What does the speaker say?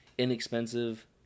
inexpensive